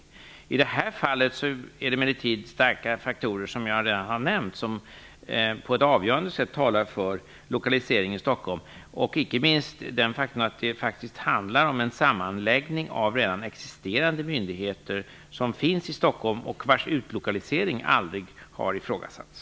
Som jag redan har nämnt är det emellertid i det här fallet starka faktorer som på ett avgörande sätt talar för lokalisering till Stockholm, icke minst det faktum att det faktiskt handlar om en sammanläggning av redan existerande myndigheter, som finns i Stockholm och vars utlokalisering aldrig har ifrågasatts.